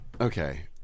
Okay